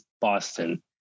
Boston